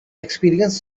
experience